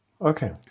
Okay